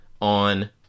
on